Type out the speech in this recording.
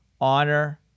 honor